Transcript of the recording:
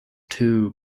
too